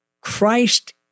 Christ